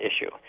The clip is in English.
issue